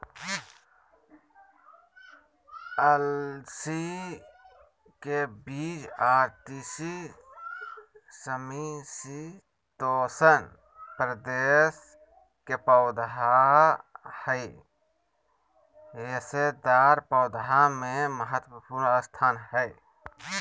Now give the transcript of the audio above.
अलसी के बीज आर तीसी समशितोष्ण प्रदेश के पौधा हई रेशेदार पौधा मे महत्वपूर्ण स्थान हई